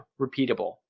repeatable